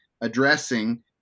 addressing